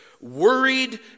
worried